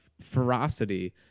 ferocity